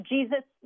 Jesus